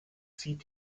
zieht